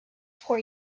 for